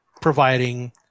providing